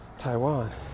Taiwan